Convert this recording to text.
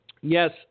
Yes